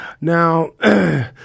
now